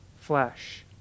flesh